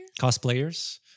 Cosplayers